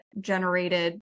generated